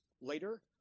later